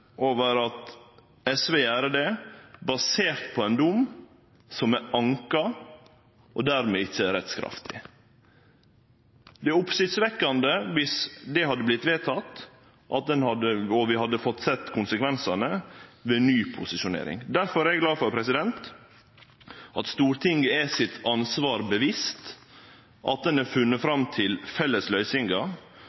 over at SV gjer det, basert på ein dom som er anka, og dermed ikkje rettskraftig. Det hadde vore oppsiktsvekkjande viss det hadde vorte vedteke, og vi hadde fått sett konsekvensane ved ny posisjonering. Difor er eg glad for at Stortinget er seg sitt ansvar bevisst, at ein har funne